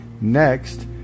next